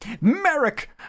Merrick